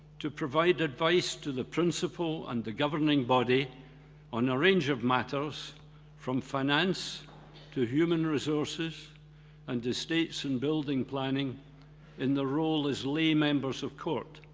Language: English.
to provide advice to the principal and the governing body on a range of matters from finance to human resources and to states and building planning in the role as lay members of court.